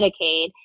Medicaid